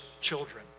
children